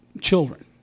children